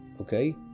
Okay